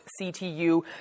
CTU